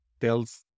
tells